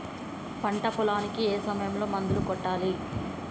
పంట పొలానికి ఏ సమయంలో మందులు కొట్టాలి?